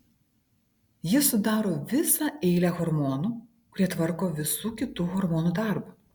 jis sudaro visą eilę hormonų kurie tvarko visų kitų hormonų darbą